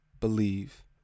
believe